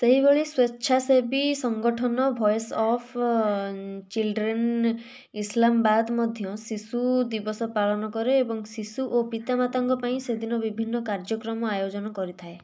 ସେହିଭଳି ସ୍ୱେଚ୍ଛାସେବୀ ସଙ୍ଗଠନ ଭଏସ୍ ଅଫ୍ ଚିଲଡ୍ରେନ୍ ଇସଲାମାବାଦ ମଧ୍ୟ ଶିଶୁଦିବସ ପାଳନ କରେ ଏବଂ ଶିଶୁ ଓ ପିତାମାତାଙ୍କ ପାଇଁ ସେଦିନ ବିଭିନ୍ନ କାର୍ଯ୍ୟକ୍ରମ ଆୟୋଜନ କରିଥାଏ